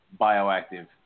bioactive